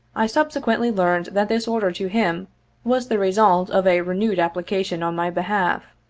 i subsequently learned that this order to him was the result of a renewed application on my behalf.